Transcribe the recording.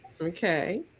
Okay